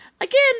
Again